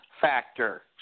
factor